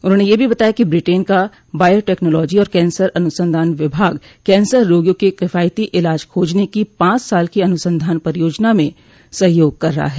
उन्होंने यह भी बताया कि ब्रिटेन का बायोटेक्नोलॉजी और कैंसर अनुसंधान विभाग कैंसर रोगियों के किफायती इलाज खोजने की पांच साल की अनुसंधान परियोजना में सहयोग कर रहा है